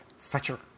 Fetcher